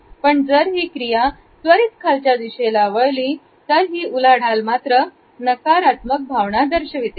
पण जर ही क्रिया त्वरित खालच्या दिशेला वळली तर उलाढाल नकारात्मक भावना दर्शवते